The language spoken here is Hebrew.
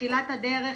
בתחילת הדרך,